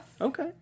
okay